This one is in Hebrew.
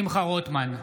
שמחה רוטמן,